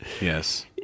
Yes